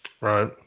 Right